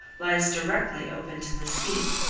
lies directly open to the sea.